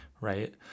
right